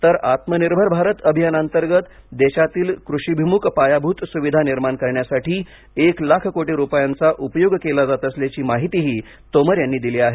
तर आत्मनिर्भर भारत अभियानांतर्गत देशातील कृषीभिमुख पायाभूत सुविधा निर्माण करण्यासाठी एक लाख कोटी रुपयांचा उपयोग केला जात असल्याची माहितीही तोमर यांनी दिली आहे